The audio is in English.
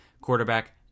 quarterback